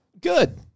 good